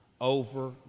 over